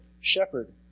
shepherd